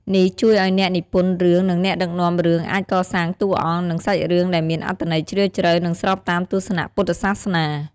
នេះជួយឲ្យអ្នកនិពន្ធរឿង និងអ្នកដឹកនាំរឿងអាចកសាងតួអង្គ និងសាច់រឿងដែលមានអត្ថន័យជ្រាលជ្រៅ និងស្របតាមទស្សនៈពុទ្ធសាសនា។